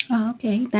Okay